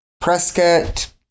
Prescott